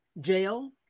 jail